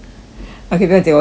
okay 不用紧我不要说了